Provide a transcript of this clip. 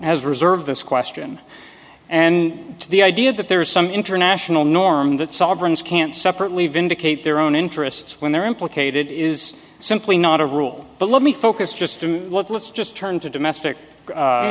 has reserved this question and the idea that there is some international norm that sovereigns can't separately vindicate their own interests when they're implicated is simply not a rule but let me focus just on what let's just turn to domestic